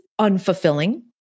unfulfilling